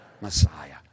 Messiah